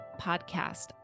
podcast